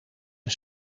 een